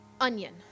Onion